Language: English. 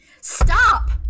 Stop